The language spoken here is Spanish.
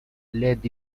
let